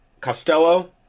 Costello